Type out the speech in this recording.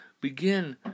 begin